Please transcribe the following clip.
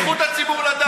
זה זכות הציבור לדעת.